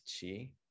chi